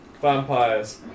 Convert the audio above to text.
vampires